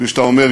כפי שאתה אומר,